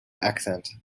accent